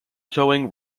towing